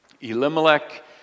Elimelech